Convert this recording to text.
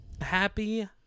Happy